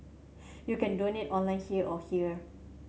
you can donate online here or here